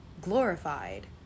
glorified